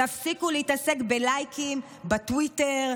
תפסיקו להתעסק בלייקים בטוויטר.